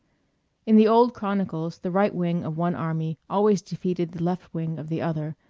in the old chronicles the right wing of one army always defeated the left wing of the other,